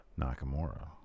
Nakamura